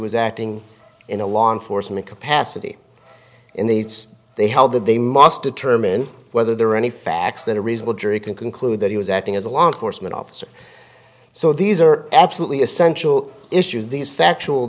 was acting in a law enforcement capacity in the they held that they must determine whether there are any facts that a reasonable jury can conclude that he was acting as a law enforcement officer so these are absolutely essential issues these